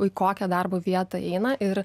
į kokią darbo vietą eina ir